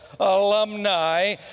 alumni